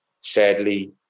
Sadly